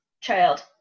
Child